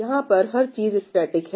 यहां पर हर चीज स्टैटिक है